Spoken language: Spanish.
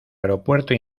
aeropuerto